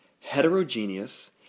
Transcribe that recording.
heterogeneous